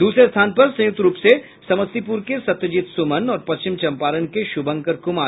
दूसरा स्थान पर संयुक्त रूप से समस्तीपुर के सत्यजीत सुमन और पश्चिम चम्पारण के शुभंकर कुमार